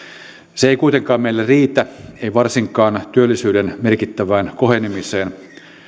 se ei kuitenkaan meille riitä ei varsinkaan työllisyyden merkittävään kohenemiseen